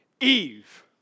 Eve